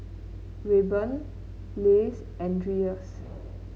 Rayban Lays and Dreyers